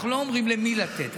הוא שאנחנו לא אומרים למי לתת,